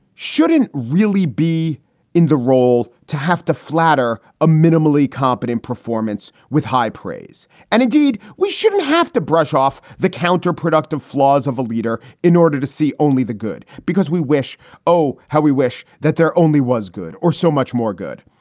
shouldn't really be in the role to have to flatter a minimally competent performance with high praise. and indeed, we shouldn't have to brush off the counterproductive flaws of a leader in order to see only the good. because we wish oh, how we wish that there only was good or so much more good.